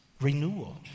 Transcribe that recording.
renewal